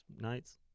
nights